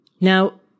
Now